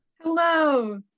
Hello